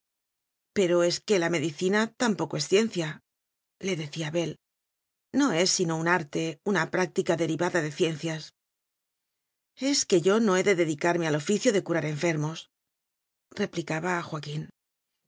pero es que la medicina tampoco es cien ciale decía abel no es sino un arte una práctica derivada de ciencias es que yo no he de dedicarme al oficio de curar enfermosreplicaba joaquín